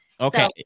Okay